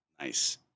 Nice